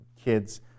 kids